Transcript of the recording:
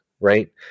right